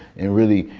and really,